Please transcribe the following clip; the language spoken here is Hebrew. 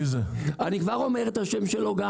כבר אומר את שמו.